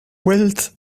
wealth